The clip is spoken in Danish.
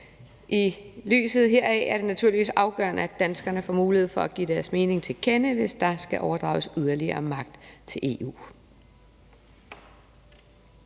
I lyset heraf er det naturligvis afgørende, at danskerne får mulighed for at give deres mening til kende, hvis der skal overdrages yderligere magt til EU.